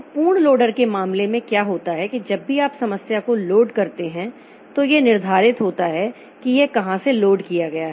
अब पूर्ण लोडर के मामले में क्या होता है कि जब भी आप समस्या को लोड करते हैं तो यह निर्धारित होता है कि यह कहाँ से लोड किया गया है